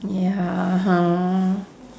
ya